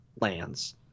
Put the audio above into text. lands